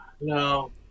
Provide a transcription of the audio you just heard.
No